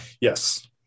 Yes